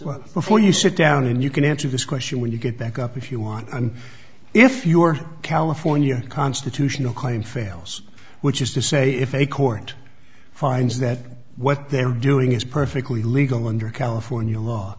well before you sit down and you can answer this question when you get back up if you want and if you are california constitutional claim fails which is to say if a court finds that what they're doing is perfectly legal under california law